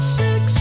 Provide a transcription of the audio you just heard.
six